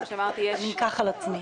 אקח על עצמי.